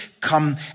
come